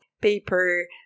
paper